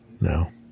No